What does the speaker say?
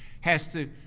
has to,